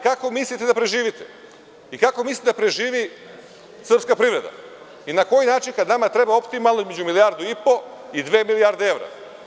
Kako mislite da preživite i kako mislite da preživi srpska privreda i na koji način, kada nama treba optimalno između milijardu i po i dve milijarde evra.